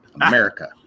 America